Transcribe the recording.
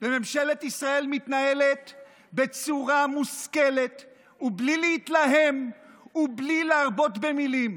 ממשלת ישראל מתנהלת בצורה מושכלת ובלי להתלהם ובלי להרבות במילים.